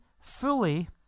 fully